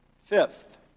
Fifth